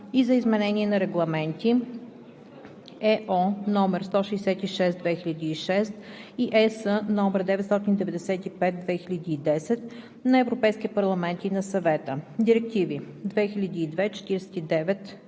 и за изменение на регламенти (ЕО) № 166/2006 и (ЕС) № 995/2010 на Европейския парламент и на Съвета, директиви 2002/49/ЕО,